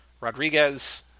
Rodriguez